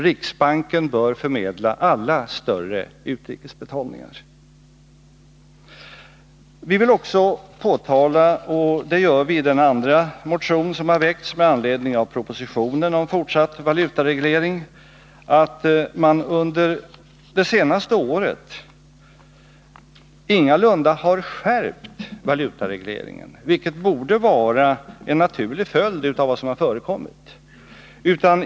Riksbanken bör förmedla alla större utrikesbetalningar. Vi vill också påtala — och det gör vi i den andra motion som vi väckt med anledning av propositionen om fortsatt valutareglering — att man under det senaste året ingalunda har skärpt valutaregleringen, vilket borde ha varit en naturlig följd av vad som förekommit.